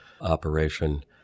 operation